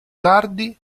tardi